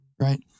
right